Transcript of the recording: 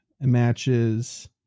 matches